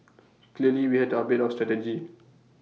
clearly we had to update our strategy